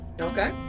Okay